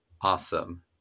awesome